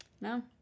No